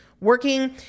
working